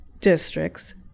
districts